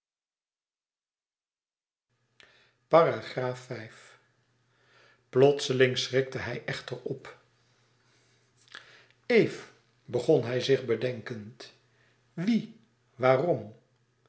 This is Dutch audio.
plotseling schrikte hij echter op eve begon hij zich bedenkend wie waarom